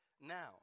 now